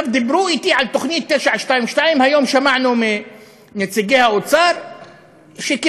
דיברו אתי על תוכנית 922. היום שמענו מנציגי האוצר שכמעט